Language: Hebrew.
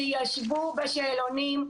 שישוו בין השאלונים,